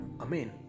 Amen